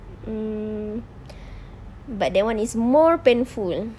um but that [one] is more painful